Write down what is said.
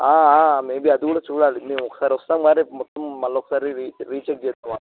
maybe అది కూడా చూడాలి మేము ఒకసారి వస్తాం కదా మొత్తం మళ్ళీ ఒకసారి రి రీచేక్ చేసుకోవాలి